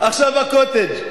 עכשיו ה"קוטג'".